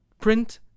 print